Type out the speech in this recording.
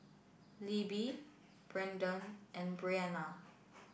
Libbie Branden and Brenna